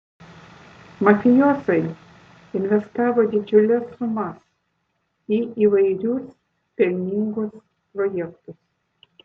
mafijozai investavo didžiules sumas į įvairius pelningus projektus